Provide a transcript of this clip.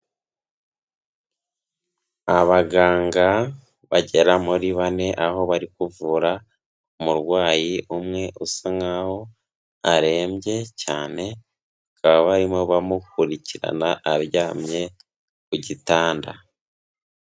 Abaganga bagera muri bane, aho bari kuvura umurwayi umwe usa nkaho arembye cyane, bakaba barimo bamukurikirana aryamye ku gitanda.